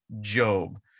Job